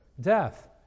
Death